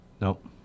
Nope